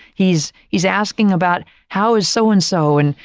he's, he's asking about how is so and so and,